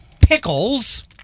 PICKLES